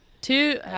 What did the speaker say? Two